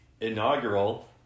inaugural